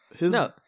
No